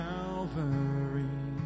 Calvary